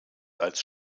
als